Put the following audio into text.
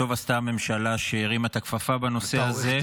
טוב עשתה הממשלה שהרימה את הכפפה בנושא הזה.